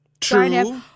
True